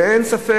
ואין ספק,